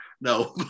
no